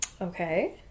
Okay